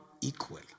equal